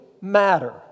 matter